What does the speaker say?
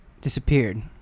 disappeared